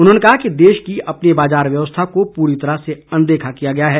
उन्होंने कहा कि देश की अपनी बाजार व्यवस्था को पूरी तरह से अनदेखा किया गया है